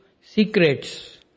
secrets